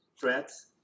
threats